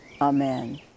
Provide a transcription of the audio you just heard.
Amen